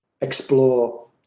explore